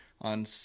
on